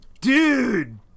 Dude